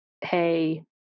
Hey